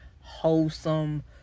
wholesome